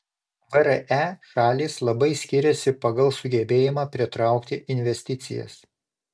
vre šalys labai skiriasi pagal sugebėjimą pritraukti investicijas